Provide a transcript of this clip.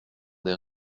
des